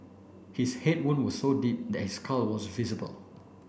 his head wounds were so deep that his skull was visible